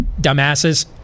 dumbasses